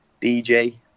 DJ